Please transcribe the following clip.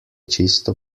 čisto